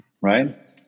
right